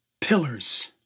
pillars